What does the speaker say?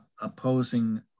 opposing